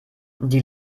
die